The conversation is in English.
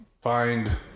find